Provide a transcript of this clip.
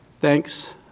Thanks